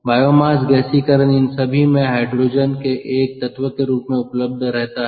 biomass गैसीकरण इन सभी में हाइड्रोजन एक तत्व के रूप में उपलब्ध रहता है